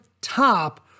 top